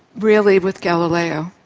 really with galileo.